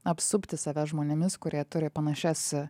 apsupti save žmonėmis kurie turi panašias